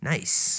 Nice